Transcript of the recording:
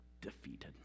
defeated